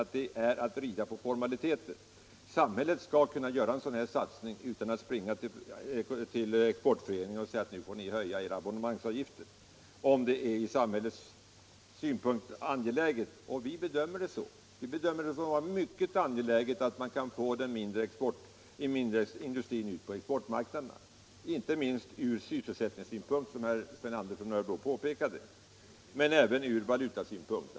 Om det är ur samhällets synpunkt angeläget skall man kunna göra en sådan här satsning utan att behöva springa till Exportföreningen och säga att de får höja sina abonnemangsavgifter. Vi bedömer det som mycket angeläget för samhället att man kan få den mindre industrin ut på exportmarknaderna, inte minst ur sysselsättningssynpunkt, som herr Andersson i Örebro påpekade, utan även ur valutasynpunkt.